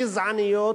גזעניות,